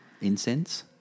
Incense